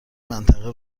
منطقه